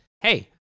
Hey